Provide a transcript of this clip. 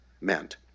meant